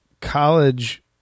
college